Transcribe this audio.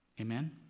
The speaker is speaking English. Amen